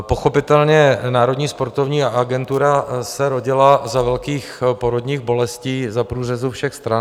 Pochopitelně, Národní sportovní agentura se rodila za velkých porodních bolestí za průřezu všech stran.